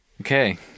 Okay